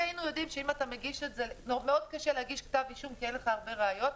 כי היינו יודעים שקשה מאוד להגיש כתב אישום כי אין לך הרבה ראיות,